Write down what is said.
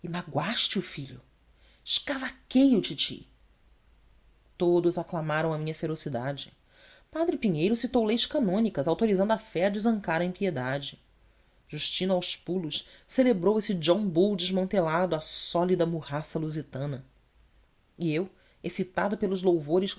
e magoaste o filho escavaquei o titi todos aclamaram a minha ferocidade padre pinheiro citou leis canônicas autorizando a fé a desancar a impiedade justino aos pulos celebrou esse john bull desmantelado a sólida murraça lusitana e eu excitado pelos louvores